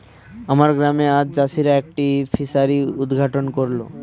আমার গ্রামে আজ চাষিরা একটি ফিসারি উদ্ঘাটন করল